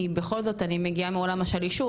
כי בכל זאת אני מגיעה מעולם השלישות,